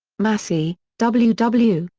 massie, w. w,